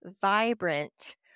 vibrant